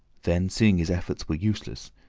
then, seeing his efforts were useless,